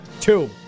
Two